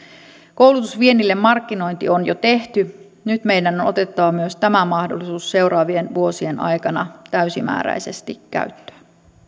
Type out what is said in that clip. koulutusviennille markkinointi on jo tehty nyt meidän on otettava myös tämä mahdollisuus seuraavien vuosien aikana täysimääräisesti käyttöön